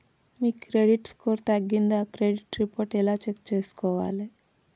మీ credit score తగ్గిందా credit report ఎలా check చేసుకోవాలి?